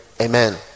Amen